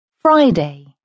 Friday